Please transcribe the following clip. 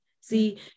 See